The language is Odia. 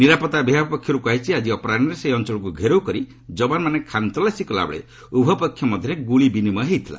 ନିରାପତ୍ତା ବିଭାଗ ପକ୍ଷରୁ କୁହାଯାଇଛି ଆଜି ଅପରାହ୍କରେ ସେହି ଅଞ୍ଚଳକୁ ଘେରଉ କରି ଯବାନମାନେ ଖାନ୍ତଲାସୀ କଲାବେଳେ ଉଭୟ ପକ୍ଷ ମଧ୍ୟରେ ଗୁଳି ବିନିମୟ ହୋଇଥିଲା